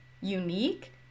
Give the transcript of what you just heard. unique